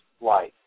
life